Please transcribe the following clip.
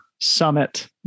summit